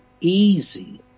easy